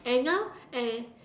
and now and